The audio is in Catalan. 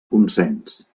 consens